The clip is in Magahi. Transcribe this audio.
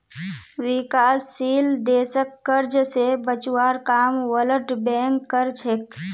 विकासशील देशक कर्ज स बचवार काम वर्ल्ड बैंक कर छेक